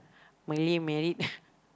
Malay married